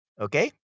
okay